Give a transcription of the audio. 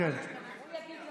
על חלק נבקש להצביע.